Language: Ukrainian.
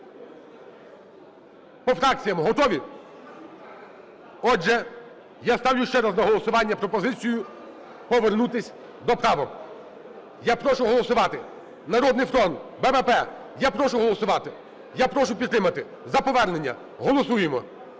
По фракціям, готові? Отже, я ставлю ще раз на голосування пропозицію повернутись до правок. Я прошу голосувати. "Народний фронт", БПП, я прошу голосувати, я прошу підтримати. За повернення, голосуємо.